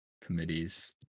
committees